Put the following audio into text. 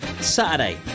Saturday